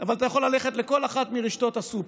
להיות מטבע עובר לסוחר,